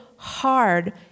hard